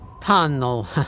Tunnel